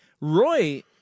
Roy